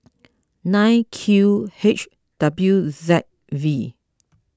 nine Q H W Z V